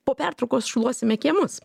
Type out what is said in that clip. po pertraukos šluosime kiemus